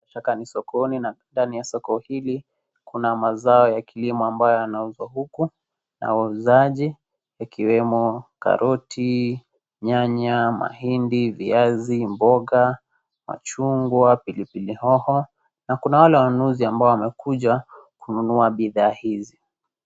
Hapa ni sokoni na ndani ya soko hili kuna mazao ya kilimo ambayo yanauzwa huku na wauzaji ikiwemo karoti , nyanya, mahindi, viazi ,mboga, machungwa , pilipili hoho na kuna wale wanunuzi ambao wamekuja kununua bidhaa hizi.